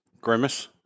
Grimace